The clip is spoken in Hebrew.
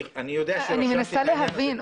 אני מנסה להבין,